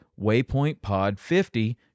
waypointpod50